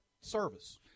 service